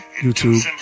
YouTube